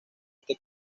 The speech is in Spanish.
este